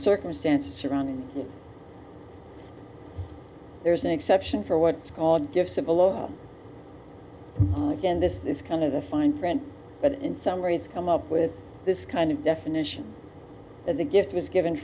circumstances surrounding there's an exception for what's called give civil law again this is kind of the fine print but in some ways come up with this kind of definition of the gift was given